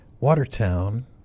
Watertown